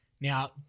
Now